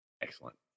Excellent